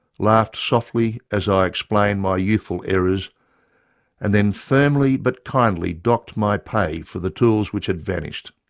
laughed softly as i explained my youthful errors and then firmly but kindly docked my pay for the tools which had vanished.